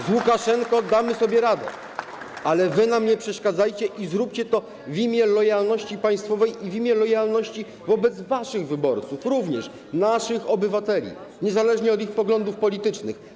Z Łukaszenką damy sobie radę, ale wy nam nie przeszkadzajcie i zróbcie to w imię lojalności państwowej i w imię lojalności również wobec waszych wyborców, naszych obywateli, niezależnie od ich poglądów politycznych.